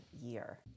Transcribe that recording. year